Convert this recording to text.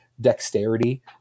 dexterity